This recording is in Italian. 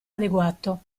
adeguato